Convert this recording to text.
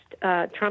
Trump